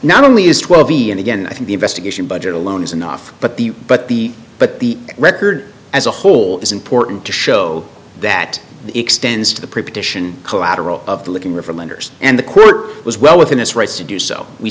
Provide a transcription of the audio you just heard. not only is twelve and again i think the investigation budget alone is enough but the but the but the record as a whole is important to show that extends to the proposition collateral of the looking reform lenders and the court was well within its rights to do so we